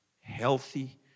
healthy